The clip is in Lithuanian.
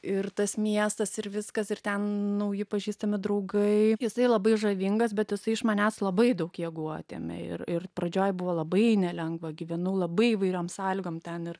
ir tas miestas ir viskas ir ten nauji pažįstami draugai jisai labai žavingas bet jisai iš manęs labai daug jėgų atėmė ir ir pradžioj buvo labai nelengva gyvenau labai įvairiom sąlygom ten ir